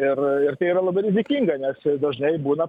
ir ir tai yra labai rizikinga nes dažnai būna